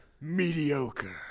mediocre